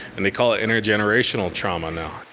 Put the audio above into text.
and they call it intergenerational trauma now.